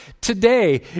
today